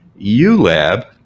ULab